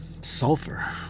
sulfur